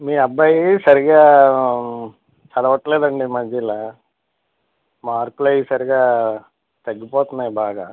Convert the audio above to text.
మీ అబ్బాయి సరిగా చదవట్లేదండి ఈ మధ్యన మార్కులు అవి సరిగ్గా తగ్గిపోతున్నాయి బాగా